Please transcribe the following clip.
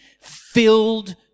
filled